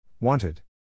Wanted